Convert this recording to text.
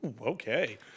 okay